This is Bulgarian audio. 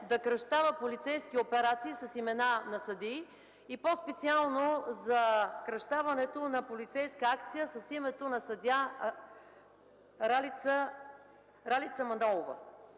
да кръщава полицейски операции с имена на съдии и по-специално за кръщаването на полицейска акция с името на съдия Ралица Манолова: